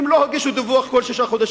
הם לא הגישו דיווח כל שישה חודשים,